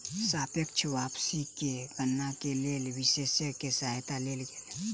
सापेक्ष वापसी के गणना के लेल विशेषज्ञ के सहायता लेल गेल